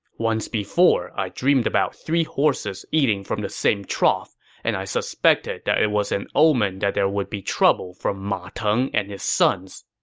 once before i dreamed about three horses eating from the same trough and suspected that it was an omen that there would be trouble from ma teng and his sons.